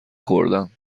خوردم